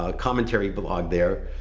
ah commentary blog there,